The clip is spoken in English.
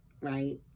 right